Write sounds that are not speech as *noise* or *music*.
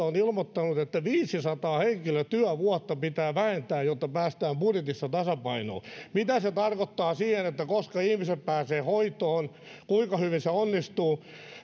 *unintelligible* on ilmoittanut että viisisataa henkilötyövuotta pitää vähentää jotta päästään budjetissa tasapainoon mitä se tarkoittaa siinä koska ihmiset pääsevät hoitoon kuinka hyvin se onnistuu